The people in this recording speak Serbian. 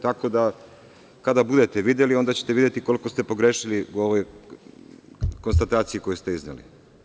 Tako da, kada budete videli, onda ćete videti koliko ste pogrešili u ovoj konstataciji koju ste izneli.